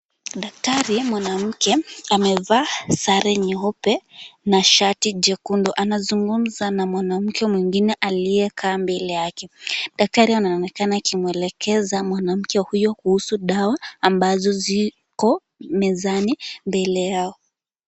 Daktari mwanamke amevaa sare nyeupe na shati jekundu. Anazungumza na mwanamke mwingine aliyekaa mbele yake. Daktari anaonekana akimwelekeza mwanamke huyo kuhusu dawa ambazo ziko mezani mbele yao.